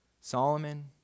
Solomon